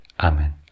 Amen